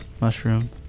mushroom